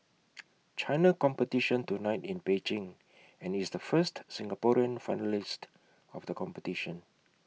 China competition tonight in Beijing and is the first Singaporean finalist of the competition